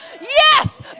yes